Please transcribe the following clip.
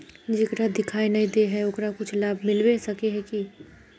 जेकरा दिखाय नय दे है ओकरा कुछ लाभ मिलबे सके है की?